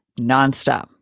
nonstop